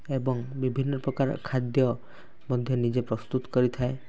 ଏବଂ ବିଭିନ୍ନ ପ୍ରକାର ଖାଦ୍ୟ ମଧ୍ୟ ନିଜେ ପ୍ରସ୍ତୁତ କରିଥାଏ